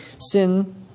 sin